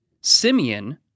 Simeon